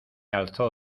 alzó